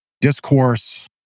discourse